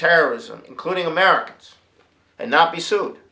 terrorism including americans and not be sued